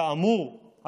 כאמור,